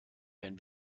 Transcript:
wenn